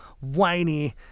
whiny